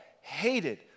hated